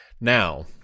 Now